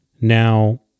Now